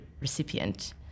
recipient